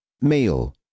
Meal